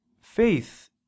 faith